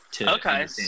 Okay